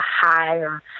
higher